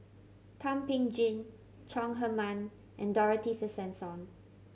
Thum Ping Tjin Chong Heman and Dorothy Tessensohn